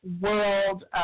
world